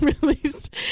released